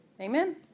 Amen